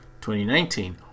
2019